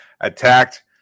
attacked